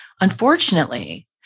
Unfortunately